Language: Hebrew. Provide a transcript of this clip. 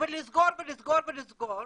ולסגור ולסגור ולסגור